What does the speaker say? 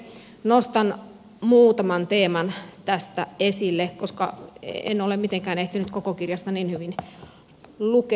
nostan muutaman teeman tästä esille koska en ole mitenkään ehtinyt koko kirjasta niin hyvin lukea